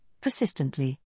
persistently